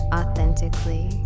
authentically